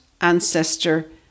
ancestor